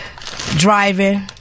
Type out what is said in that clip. driving